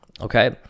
okay